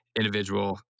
individual